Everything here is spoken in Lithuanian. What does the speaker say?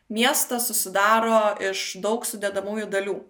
miestas susidaro iš daug sudedamųjų dalių